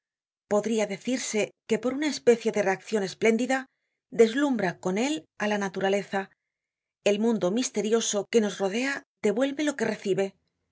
podria decirse que por una especie de reaccion espléndida deslumbra con él á la naturaleza el inundo misterioso que nos rodea devuelve lo que recibe es probable que